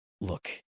Look